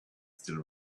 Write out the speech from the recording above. still